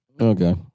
Okay